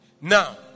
Now